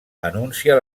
anuncia